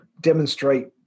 demonstrate